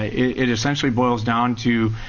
ah it essentially boils down to.